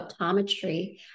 optometry